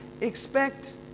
expect